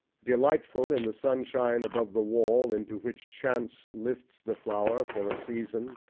delightful in the sunshine above the wall into which chance lifts the flower for a season,